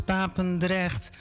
Papendrecht